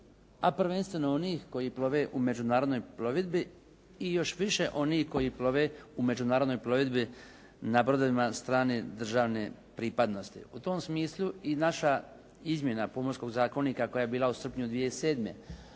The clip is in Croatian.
a prvenstveno onih koji plove u međunarodnoj plovidbi i još više onih koji plove u međunarodnoj plovidbi na brodovima strane državne pripadnosti. U tom smislu i naša izmjena Pomorskog zakonika koja je bila u srpnju 2007.,